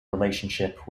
relationship